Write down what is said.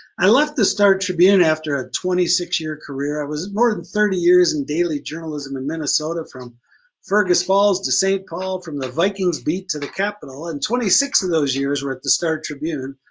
i left the star tribune after a twenty six year career. i was more than thirty years in daily journalism in minnesota from fergus falls to st. paul from the vikings beat to the capitol, and twenty six of those years were at the star tribune.